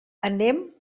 anem